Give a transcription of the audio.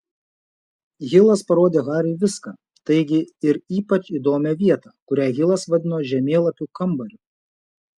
hilas parodė hariui viską taigi ir ypač įdomią vietą kurią hilas vadino žemėlapių kambariu